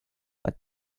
but